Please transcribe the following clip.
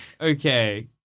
Okay